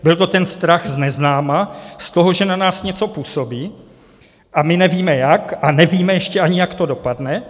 Byl to ten strach z neznáma, z toho, že na nás něco působí a my nevíme jak a nevíme ještě ani, jak to dopadne.